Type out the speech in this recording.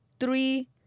three